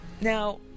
Now